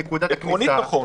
עקרונית נכון,